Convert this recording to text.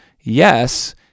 Yes